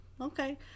Okay